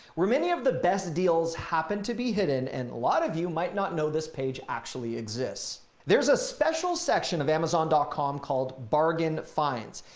where many of the best deals happen to be hidden and a lot of you might not know this page actually exists. there's a special section of amazon dot com called bargain fines.